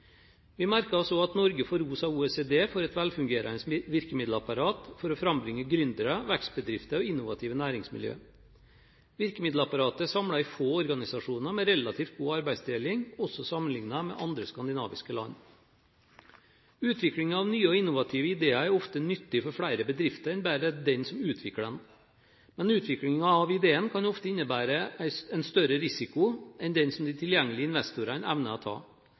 Vi merker oss også at Norge får ros av OECD for et velfungerende virkemiddelapparat for å frembringe gründere, vekstbedrifter og innovative næringsmiljøer. Virkemiddelapparatet er samlet i få organisasjoner med relativt god arbeidsdeling, også sammenlignet med andre skandinaviske land. Utviklingen av nye og innovative ideer er ofte nyttig for flere bedrifter enn bare den som utvikler dem. Men utviklingen av ideer kan ofte innebære en større risiko enn den som den tilgjengelige investoren evner å ta.